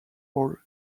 role